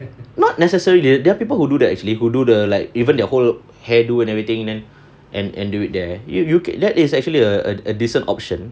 not necessarily there are people who do that actually who do the like even the whole hairdo and everything and and and and do it there you you that is actually a a a decent option